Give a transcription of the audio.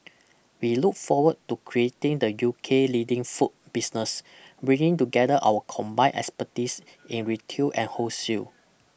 we look forward to creating the U K leading food business bringing together our combined expertise in retail and wholesale